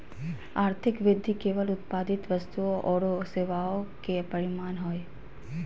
आर्थिक वृद्धि केवल उत्पादित वस्तुओं औरो सेवाओं के परिमाण हइ